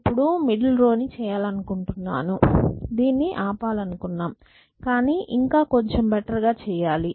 ఇప్పుడు మిడిల్ రోను చేయాలనుకుంటున్నాము దీన్ని ఆపాలనుకున్నాం కానీ ఇంకా కొంచెం బెటర్ గా చెయ్యాలి